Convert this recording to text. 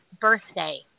birthday